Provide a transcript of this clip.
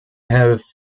have